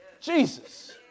Jesus